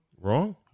wrong